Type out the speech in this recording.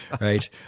right